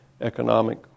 economic